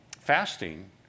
fasting